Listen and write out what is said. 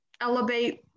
elevate